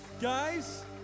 Guys